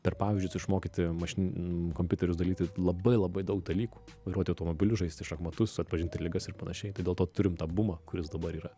per pavyzdžius išmokyti mašin kompiuterius daryti labai labai daug dalykų vairuoti automobilį žaisti šachmatus atpažinti ligas ir panašiai tai dėl to turim tą bumą kuris dabar yra